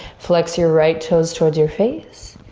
flex your right toes toward your face.